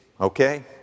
okay